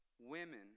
women